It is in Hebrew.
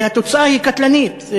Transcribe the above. כי התוצאה קטלנית,